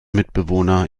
mitbewohner